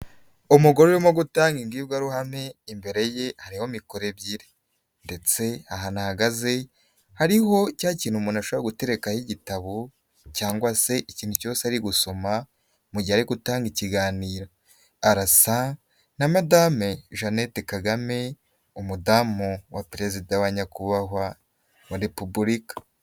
Umugore urimo gutanga imbwirwaruhame imbere ye hariho mikorero ebyiri ndetse ahantu ahagaze hariho cyakintu umuntu ashobora guterekaho igitabo cyangwa se ikintu cyose ari gusoma mu gihe ari gutanga ikiganiro arasa na madame Jeannette kagame umudamu wa perezida wa nyakubahwa wa repubulika.